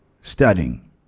Studying